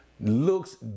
looks